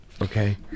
okay